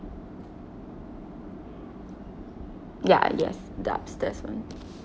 ya yes the upstairs [one]